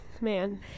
man